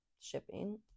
shipping